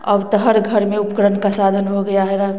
अब तो हर घर में उपकरण का साधन हो गया है